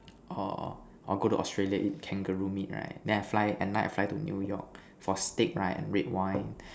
or or go to Australia eat kangaroo meat right then I fly at night fly to new York for steak right and red wine